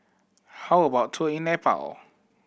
how about a tour in Nepal